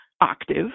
octave